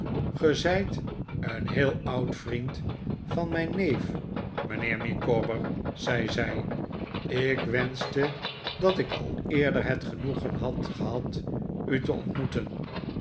zijt een heel oud vriend van mijn neef mijnheer micawber zei zij ik wenschte dat ik al eerder het genoegen had gehad u te ontmoeten